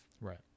right